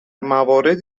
موارد